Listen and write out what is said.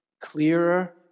clearer